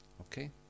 Okay